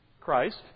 Christ